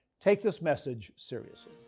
take this message seriously.